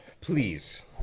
please